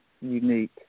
unique